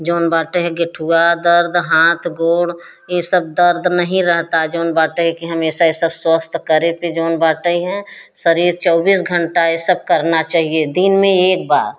zone बाटे है गेठुआ दर्द हाथ गोर यह सब दर्द नहीं रहता जोन बाटे के हमेशा यह सब स्वस्थ करे पर जोन बाटे है शरीर चौबीस घंटा यह सब करना चाहिए दिन में एक बार